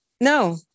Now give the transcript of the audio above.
no